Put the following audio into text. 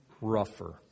rougher